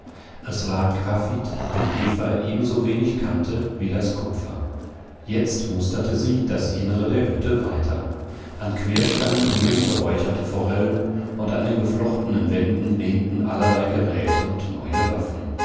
es war graphit den eva ebensowenig kannte wie das kupfer jetzt musterte sie das innere der hütte weiter an querstangen hingen geräucherte forellen und an den geflochteten wänden lehnten allerlei geräte und neue waffen